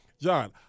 John